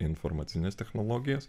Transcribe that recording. informacines technologijas